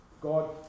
God